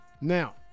Now